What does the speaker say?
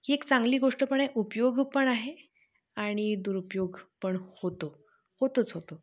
ही एक चांगली गोष्ट पण आहे उपयोग पण आहे आणि दुरुपयोग पण होतो होतोच होतो